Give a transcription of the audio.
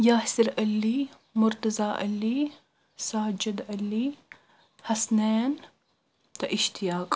یاصر علی مُرتزا علی ساجد علی حسنین تہٕ اشتیاق